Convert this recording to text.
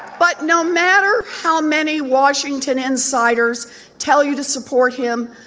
but no matter how many washington insiders tell you to support him,